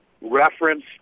reference